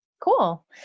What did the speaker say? Cool